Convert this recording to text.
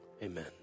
Amen